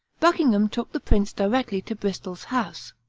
buckingham took the prince directly to bristol's house.